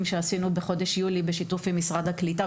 שערכנו בחודש יולי בשיתוף עם משרד הקליטה.